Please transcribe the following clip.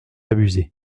abuser